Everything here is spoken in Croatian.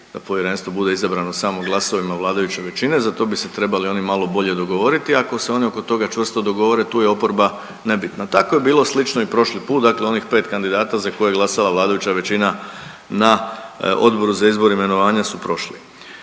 da povjerenstvo bude izabrano samo glasovima vladajuće većine, za to bi se trebali oni malo bolje dogovoriti, ako se oni oko toga čvrsto dogovore tu je oporba nebitna. Tako je bilo slično i prošli put dakle onih pet kandidata za koje je glasala vladajuća većina na Odboru za izbor, imenovanja su prošli.